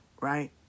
right